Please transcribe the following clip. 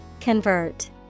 Convert